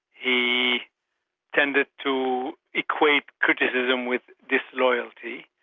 he tended to equate criticism with disloyalty,